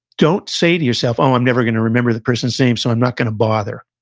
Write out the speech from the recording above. don't say to yourself, oh, i'm never going to remember the person's name, so, i'm not going to bother.